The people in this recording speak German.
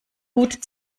gut